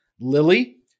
Lily